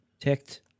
ticked